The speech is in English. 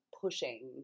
pushing